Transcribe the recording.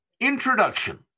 introduction